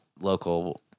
local